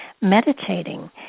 meditating